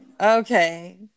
Okay